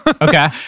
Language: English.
Okay